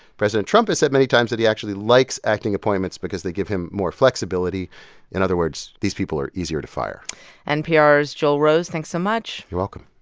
president trump has said many times that he actually likes acting appointments because they give him more flexibility in other words, these people are easier to fire npr's joel rose. thanks so much you're welcome